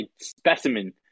specimen